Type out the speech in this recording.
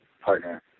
partner